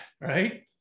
right